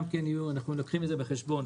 יעלו, אנחנו לוקחים את זה בחשבון.